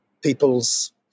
people's